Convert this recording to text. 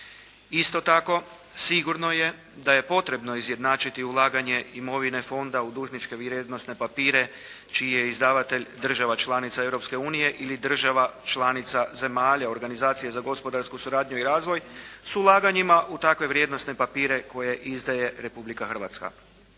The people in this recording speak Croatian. Isto tako sigurno je da je potrebno izjednačiti ulaganje imovine fonda u dužničke vrijednosne papire čiji je izdavatelj država članica Europske unije ili država članica zemalja Organizacije za gospodarsku suradnju i razvoj s ulaganjima u takve vrijednosne papire koje izdaje Republika Hrvatska.